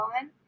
on